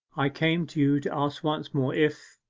i came to you to ask once more if.